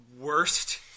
worst